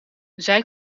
zij